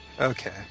Okay